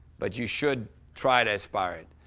but you should try to aspire it.